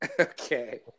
Okay